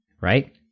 right